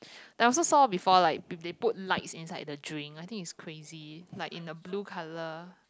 then I also saw before like if they put lights inside the drink I think it's crazy like in a blue colour